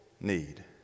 need